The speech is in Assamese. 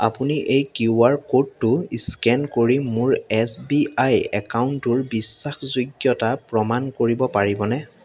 আপুনি এই কিউ আৰ ক'ডটো ইস্কেন কৰি মোৰ এছ বি আই একাউণ্টটোৰ বিশ্বাসযোগ্যতা প্ৰমাণ কৰিব পাৰিবনে